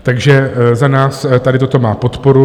Takže za nás tady toto má podporu.